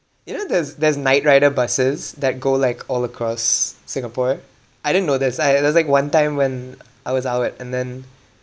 you know there's there's nightrider buses that go like all across singapore I didn't know that's why there's like one time when I was out and then